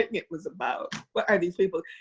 it was about what are these people?